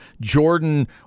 Jordan